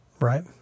Right